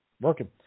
working